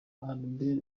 albert